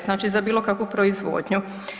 Znači za bilo kakvu proizvodnju.